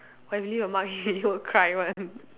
!wah! if really got mark then he will cry one